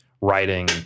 writing